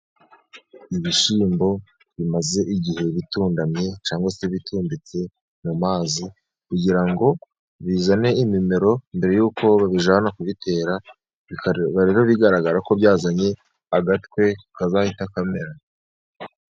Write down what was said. Ibishyimbo bimaze igihe bitundamye cyangwa se bitumbitse mu mazi, kugira ngo bizane imimero, mbere y'uko babijyana kubitera, bikaba rero bigaragara ko byazanye agatwe kazahita kamera.